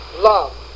love